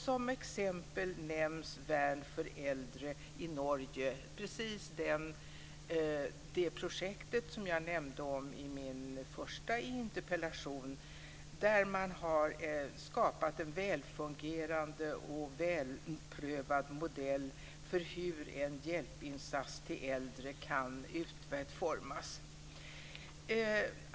Som exempel nämns Värn för äldre i Norge, precis det projekt som jag nämnde i min första interpellation. Man har skapat en väl fungerande och välprövad modell för hur en hjälpinsats kan utformas.